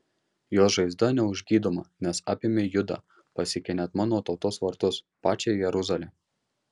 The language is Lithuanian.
jos žaizda neužgydoma nes apėmė judą pasiekė net mano tautos vartus pačią jeruzalę